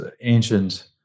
ancient